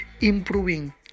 improving